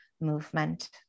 movement